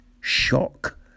shock